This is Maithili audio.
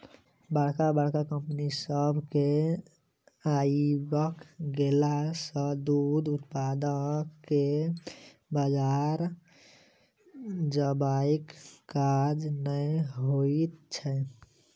बड़का बड़का कम्पनी सभ के आइब गेला सॅ दूध उत्पादक के बाजार जयबाक काज नै होइत छै